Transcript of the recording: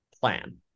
plan